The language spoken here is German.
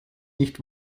nicht